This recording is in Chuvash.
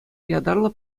ятарлӑ